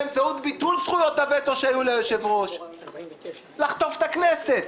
באמצעות ביטול זכויות הווטו שהיו ליושב-ראש אנשים רוצים לחטוף את הכנסת